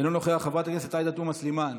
אינו נוכח, חברת הכנסת עאידה תומא סלימאן,